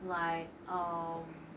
like um